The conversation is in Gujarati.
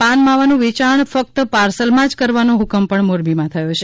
પાન માવાનું વેચાણ ફક્ત પાર્સલમાં જ કરવાનો હકમ પણ મોરબીમાં થયો છે